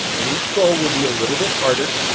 and each goal will be a little bit harder,